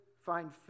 find